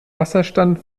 wasserstand